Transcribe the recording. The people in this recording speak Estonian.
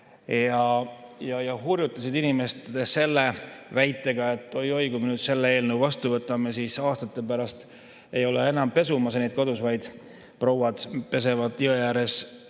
ja hurjutasid inimesi selle väitega, et oi-oi, kui me nüüd selle eelnõu vastu võtame, siis aastate pärast ei ole enam kodus pesumasinaid, vaid prouad pesevad pesu